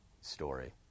story